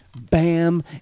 bam